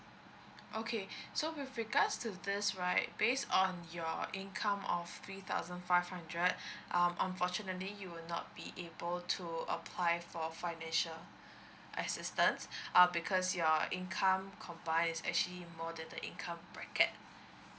okay so with regards to this right based on your income of three thousand five hundred um unfortunately you will not be able to apply for financial assistance uh because your income combine is actually more that the income bracket